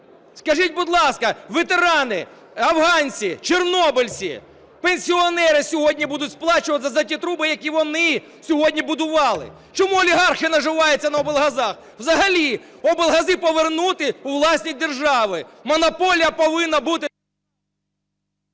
Скажіть, будь ласка, ветерани, афганці, чорнобильці, пенсіонери сьогодні будуть сплачувати за ті труби, які вони сьогодні будували. Чому олігархи наживаються на облгазах? Взагалі облгази повернути у власність держави! Монополія повинна бути...